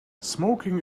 smoking